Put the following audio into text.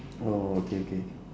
oh okay okay